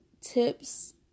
tips